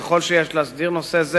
ככל שיש להסדיר נושא זה,